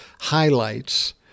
highlights